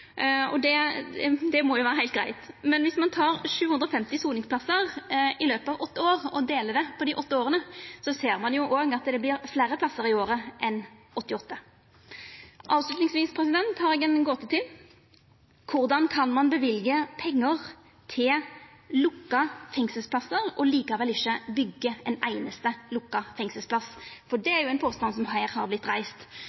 og det må jo vera heilt greitt. Men viss ein tek 750 soningsplassar i løpet av åtte år og delar det på dei åtte åra, ser ein òg at det vert fleire plassar i året enn 88. Avslutningsvis har eg ei gåte til: Korleis kan ein løyva pengar til lukka fengselsplassar og likevel ikkje byggja ein einaste lukka fengselsplass – for det